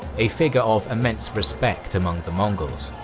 a figure of immense respect among the mongols.